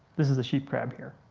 this is a sheep crab here.